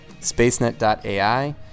Spacenet.ai